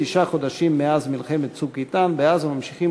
תשעה חודשים מאז מלחמת "צוק איתן" ובעזה ממשיכים